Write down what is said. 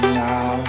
now